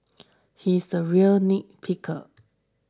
he is a real nitpicker